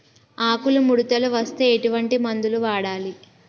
ఆకులు ముడతలు వస్తే ఎటువంటి మందులు వాడాలి?